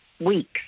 weeks